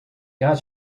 get